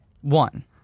One